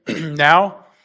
Now